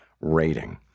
rating